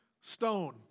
stone